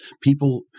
people